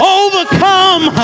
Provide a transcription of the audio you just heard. overcome